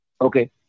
Okay